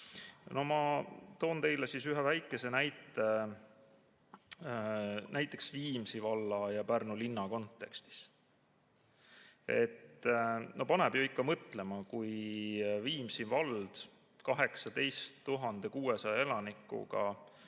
toon teile ühe väikese näite Viimsi valla ja Pärnu linna kontekstis. Paneb ju ikka mõtlema, kui Viimsi vald 18 600 elanikuga omab